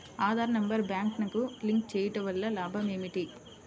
Aadhaar number బ్యాంక్నకు link చేయుటవల్ల లాభం ఏమిటి?